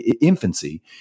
infancy